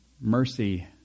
mercy